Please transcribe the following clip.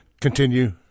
continue